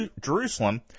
Jerusalem